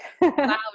Wow